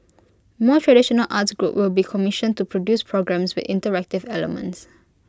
more traditional arts group will be commissioned to produce programmes with interactive elements